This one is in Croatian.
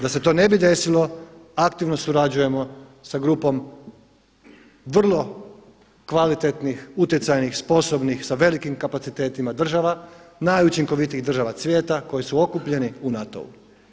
Da se to ne bi desilo aktivno surađujemo sa grupom vrlo kvalitetnih utjecajnih, sposobnih, sa velikim kapacitetima država, najučinkovitijih država svijeta koje su okupljeni u NATO-ou.